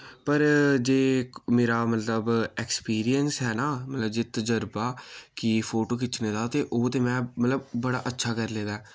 पर जे मेरा मतलब एक्सपीरियंस ऐ ना मतलब जे तजर्बा कि फोटो खिच्चने दा ते ओह् ते में मतलब बड़ा अच्छा करी लेदा ऐ